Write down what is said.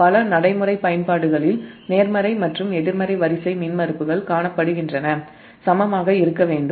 பல நடைமுறை பயன்பாடுகளில் நேர்மறை மற்றும் எதிர்மறை வரிசை மின்மறுப்புகள் சமமாக இருக்க வேண்டும்